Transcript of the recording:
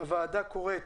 הוועדה קוראת